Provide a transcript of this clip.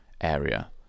area